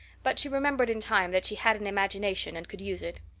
but she remembered in time that she had an imagination and could use it.